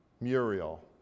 Muriel